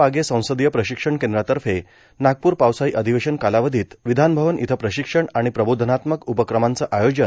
पागे संसदीय प्रशिक्षण केंद्रातर्फे नागपूर पावसाळी अधिवेशन कालावधीत विधानभवन इथं प्रशिक्षण आणि प्रबोधनात्मक उपक्रमांचं आयोजन